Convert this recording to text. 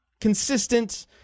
consistent